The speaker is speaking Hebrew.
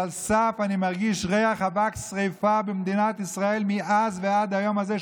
אני מרגיש ריח אבק שרפה במדינת ישראל מאז ועד היום הזה,